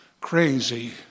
crazy